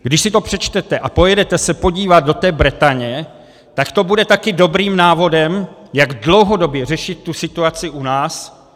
Když si to přečtete a pojedete se podívat do té Bretaně, tak to bude také dobrým návodem, jak dlouhodobě řešit tu situaci u nás.